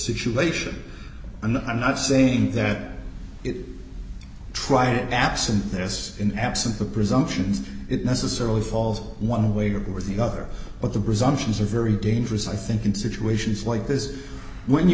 situation and i'm not saying that it tried it absent there's an absence of presumptions it necessarily falls one way or with the other but the presumptions are very dangerous i think in situations like this when you